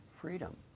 freedom